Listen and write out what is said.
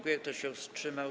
Kto się wstrzymał?